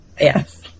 Yes